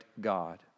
God